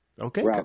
Okay